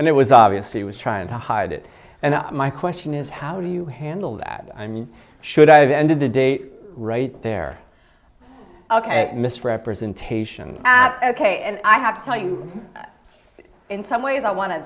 and it was obvious he was trying to hide it and my question is how do you handle that i mean should i have ended the date right there ok misrepresentation and i have to tell you that in some ways i wan